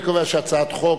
אני קובע שהצעת החוק